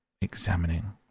examining